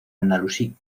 andalusí